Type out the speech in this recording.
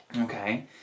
okay